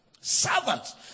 Servants